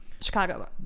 Chicago